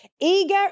eager